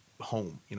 home